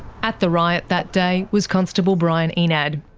at the riot that day was constable brian enad.